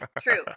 True